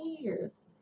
years